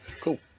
Cool